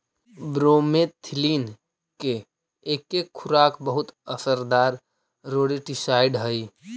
bromethalin के एके खुराक बहुत असरदार रोडेंटिसाइड हई